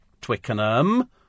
Twickenham